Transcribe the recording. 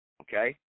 Okay